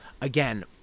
Again